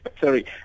sorry